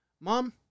mom